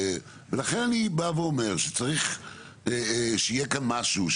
ולכן, אני בא ואומר שצריך שיהיה כאן משהו.